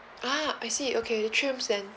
ah I see okay the twin rooms then